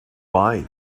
why